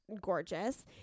gorgeous